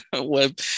web